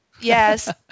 yes